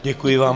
Děkuji vám.